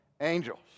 angels